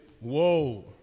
whoa